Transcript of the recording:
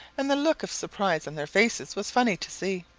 and the look of surprise on their faces was funny to see.